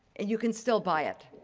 and you can still buy it.